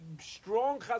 strong